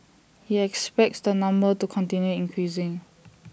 he expects the number to continue increasing